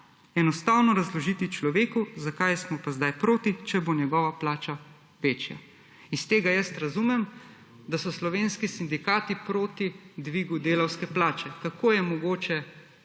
enostavno razložiti človeku, zakaj smo pa zdaj proti, če bo njegova plača večja.« Iz tega razumem, da so slovenski sindikati proti dvigu delavske plače. Kako je mogoče